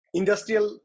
industrial